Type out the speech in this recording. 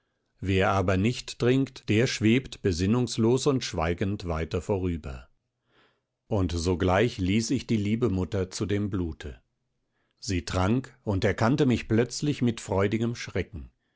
wer aber nicht trinkt der schwebt besinnungslos und schweigend wieder vorüber und sogleich ließ ich die liebe mutter zu dem blute sie trank und erkannte mich plötzlich mit freudigem schrecken